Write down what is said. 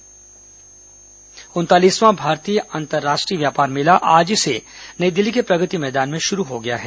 व्यापार मेला उनतालीसवां भारत अंतरराष्ट्रीय व्यापार मेला आज से नई दिल्ली के प्रगति मैदान में शुरू हो गया है